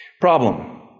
Problem